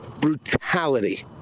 brutality